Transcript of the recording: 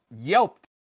yelped